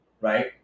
right